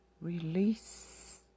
Release